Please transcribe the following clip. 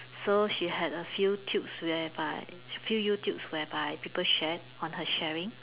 so she had a few tubes whereby few Youtubes whereby people shared on her sharing